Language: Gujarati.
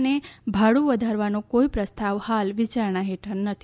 અને ભાડુ વધારવાનો કોઈ પ્રસ્તાવ હાલ વિચારણા હેઠળ નથી